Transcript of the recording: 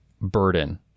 burden